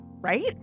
right